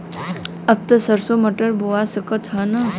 अब त सरसो मटर बोआय सकत ह न?